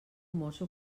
mosso